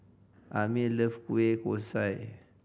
Amir loves kueh kosui